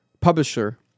Publisher